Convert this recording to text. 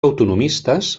autonomistes